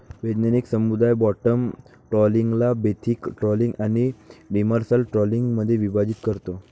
वैज्ञानिक समुदाय बॉटम ट्रॉलिंगला बेंथिक ट्रॉलिंग आणि डिमर्सल ट्रॉलिंगमध्ये विभाजित करतो